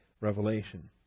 revelation